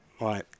right